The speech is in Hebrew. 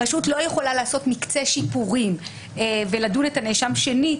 הרשות לא יכולה מקצה שיפורים ולדון את הנאשם שנית